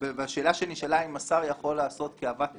והשאלה שנשאלה האם השר יכול לעשות כאוות נפשו,